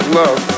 love